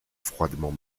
froidement